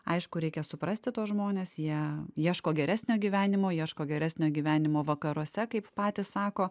aišku reikia suprasti tuos žmones jie ieško geresnio gyvenimo ieško geresnio gyvenimo vakaruose kaip patys sako